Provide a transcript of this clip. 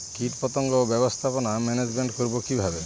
কীটপতঙ্গ ব্যবস্থাপনা ম্যানেজমেন্ট করব কিভাবে?